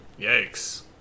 Yikes